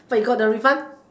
but you got the refund